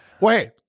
wait